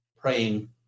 praying